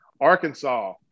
Arkansas